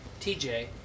TJ